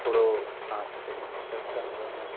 थोरो सांस ते नियंत्रण कंदो आहियां